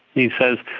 he says,